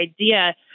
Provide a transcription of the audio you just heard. idea